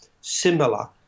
similar